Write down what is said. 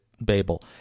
Babel—